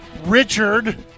Richard